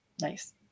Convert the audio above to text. Nice